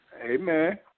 Amen